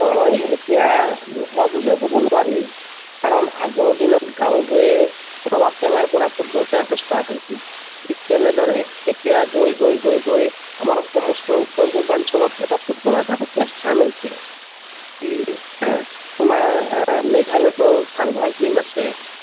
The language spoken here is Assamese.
হয় এতিয়া নোহোৱা বুলিও ক'ব নোৱাৰি কাৰণ আগৰ দিনত গাঁৱে ভূঞে ৰবাব টেঙাৰপৰা ফুটবল খেলাটো ষ্টাৰ্ট হৈছিল ঠিক তেনেদৰে এতিয়া গৈ গৈ গৈ গৈ আমাৰ সমস্ত উত্তৰ পূৰ্বাঞ্চলত এটা ফুটবলৰ এটা সুকীয়া স্থান হৈছে এই তোমাৰ মেঘালয়তো ভাল ভাল টীম আছে